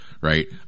Right